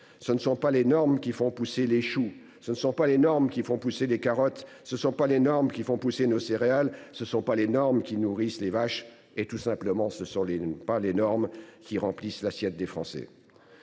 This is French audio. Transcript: Ce ne sont pas les normes qui font pousser les choux, ce ne sont pas les normes qui font pousser les carottes, ce ne sont pas les normes qui font pousser les céréales, ce ne sont pas les normes qui nourrissent les vaches ! Bref, ce ne sont pas les normes qui remplissent l’assiette des Français.